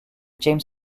james